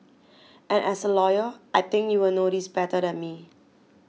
and as a lawyer I think you will know this better than me